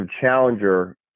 challenger